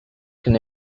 can